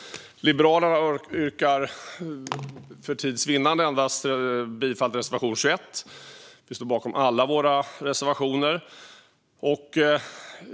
Liberalerna yrkar för tids vinnande bifall endast till reservation 21, men vi står bakom alla våra reservationer.